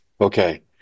Okay